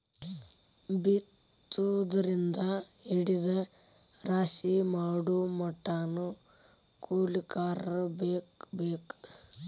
ಬಿತ್ತುದರಿಂದ ಹಿಡದ ರಾಶಿ ಮಾಡುಮಟಾನು ಕೂಲಿಕಾರರ ಬೇಕ ಬೇಕ